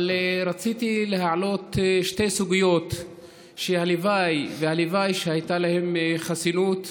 אבל רציתי להעלות שתי סוגיות שהלוואי והלוואי שהייתה להן חסינות.